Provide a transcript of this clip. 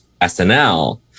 SNL